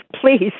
please